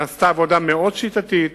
נעשתה עבודה מאוד שיטתית